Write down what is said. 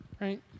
right